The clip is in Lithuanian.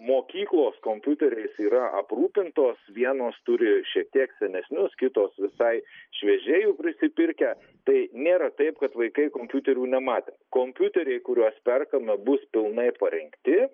mokyklos kompiuteriais yra aprūpintos vienos turi šiek tiek senesnius kitos visai šviežiai jų prisipirkę tai nėra taip kad vaikai kompiuterių nematę kompiuteriai kuriuos perkame bus pilnai parengti